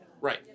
Right